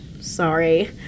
Sorry